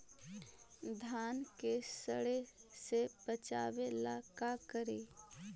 धान के सड़े से बचाबे ला का करि?